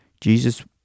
Jesus